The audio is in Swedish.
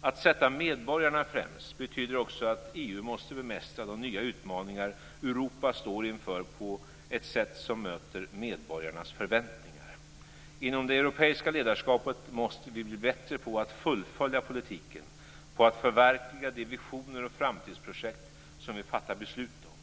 Att sätta medborgarna främst betyder också att EU måste bemästra de nya utmaningar Europa står inför på ett sätt som möter medborgarnas förväntningar. Inom det europeiska ledarskapet måste vi bli bättre på att fullfölja politiken och på att förverkliga de visioner och framtidsprojekt som vi fattar beslut om.